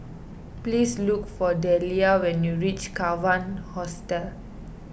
please look for Dellia when you reach Kawan Hostel